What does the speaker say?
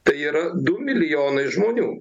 tai yra du milijonai žmonių